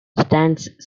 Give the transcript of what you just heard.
stands